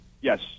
Yes